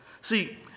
See